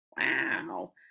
wow